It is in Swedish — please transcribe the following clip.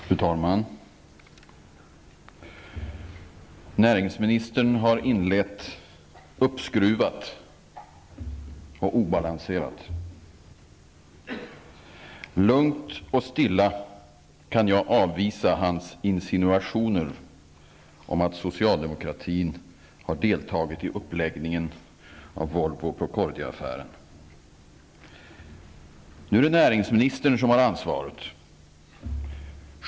Fru talman! Näringsministern har inlett uppskruvat och obalanserat. Lugnt och stilla kan jag avvisa hans insinuationer om att socialdemokratin har deltagit i uppläggningen av Volvo-Procordiaaffären. Nu är det näringsministern som har ansvaret.